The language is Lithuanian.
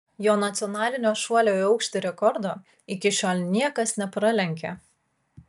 jo nacionalinio šuolio į aukštį rekordo iki šiol niekas nepralenkė